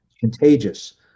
contagious